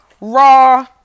raw